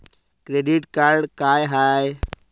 Credit card का हाय?